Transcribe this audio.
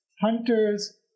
hunters